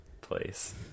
place